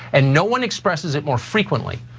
and no one expresses it more frequently.